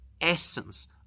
essence